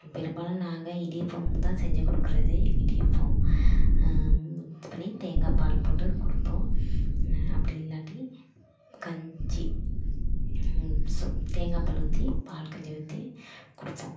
பெரும்பாலும் நாங்கள் இடியப்பம் தான் செஞ்சு கொடுக்கறது இடியப்பம் சர்க்கரையும் தேங்காய் பால் போட்டு கொடுப்போம் அப்படி இல்லாட்டி கஞ்சி சுப் தேங்காய் பால் ஊற்றி பால் கஞ்சி ஊற்றி கொடுப்போம்